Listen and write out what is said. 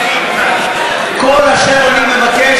כל אשר אני מבקש,